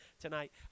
tonight